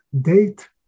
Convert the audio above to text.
date